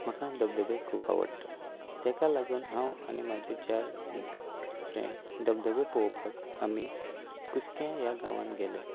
म्हाका धबधबे खूब आवडटा ताका लागून हांव म्हजे चार फ्रेंड्स धबधबे पळोवपाक आमी कुसकें ह्या गांवांत गेले